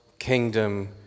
Kingdom